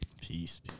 peace